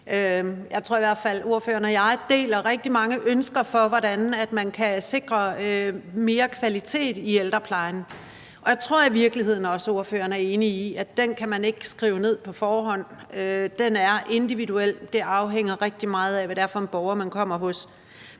Jeg tror i hvert fald, at ordføreren og jeg deler rigtig mange ønsker, i forhold til hvordan man kan sikre mere kvalitet i ældreplejen. Jeg tror i virkeligheden også, at ordføreren er enig i, at man ikke kan skrive det ned på forhånd. Det er individuelt. Det afhænger rigtig meget af, hvad det er for en borger, man kommer hos.